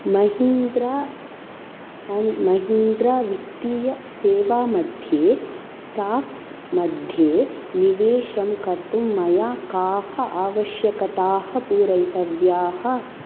Mahindra and Mahindra वित्तीयसेवा मध्ये stocks मध्ये निवेशं कर्तुं मया काः आवश्यकताः पूरयितव्याः